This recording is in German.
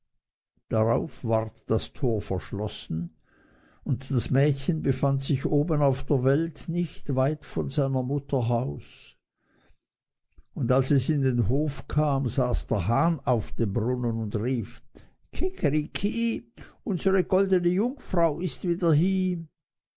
darauf ward das tor verschlossen und das mädchen befand sich oben auf der welt nicht weit von seiner mutter haus und als es in den hof kam saß der hahn auf dem brunnen und rief kikeriki unsere goldene jungfrau ist wieder hie